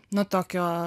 nu tokio